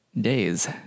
days